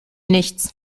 nichts